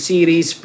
Series